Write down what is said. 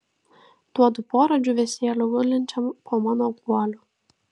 duodu porą džiūvėsėlių gulinčiam po mano guoliu